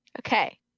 Okay